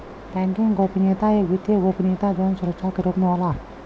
banking गोपनीयता एक वित्तीय गोपनीयता जौन सुरक्षा के रूप में होला